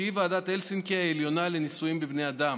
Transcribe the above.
שהיא ועדת הלסינקי העליונה לניסויים בבני אדם.